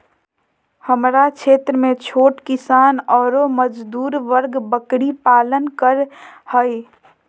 हमरा क्षेत्र में छोट किसान ऑर मजदूर वर्ग बकरी पालन कर हई